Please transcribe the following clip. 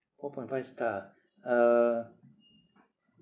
four point five star uh